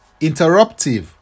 interruptive